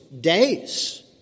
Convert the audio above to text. days